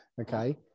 Okay